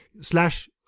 Slash